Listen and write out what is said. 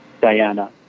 Diana